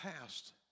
past